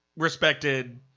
Respected